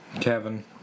Kevin